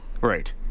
Right